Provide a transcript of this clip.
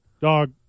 Dog